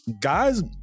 guys